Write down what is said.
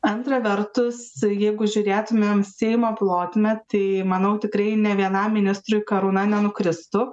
antra vertus jeigu žiūrėtumėm seimo plotmę tai manau tikrai nė vienam ministrui karūna nenukristų